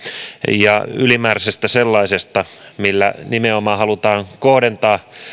ja ylimääräisestä sellaisesta millä nimenomaan halutaan kohdentaa